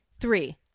Three